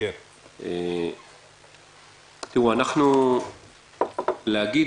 תראו, להגיד